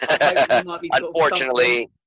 Unfortunately